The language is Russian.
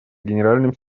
генеральным